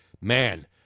man